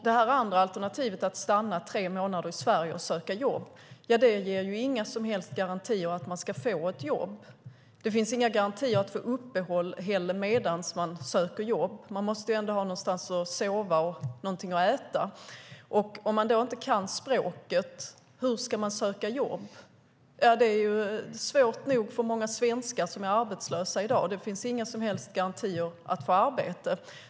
Det andra alternativet, att stanna tre månader i Sverige och söka jobb, ger inga som helst garantier att man får ett jobb. Det finns inga garantier om uppehåll medan man söker jobb. Man måste ju ha någonstans att sova och något att äta. Om man inte kan språket, hur ska man då söka jobb? Det är svårt nog för många arbetslösa svenskar. Det finns inga garantier att få arbete.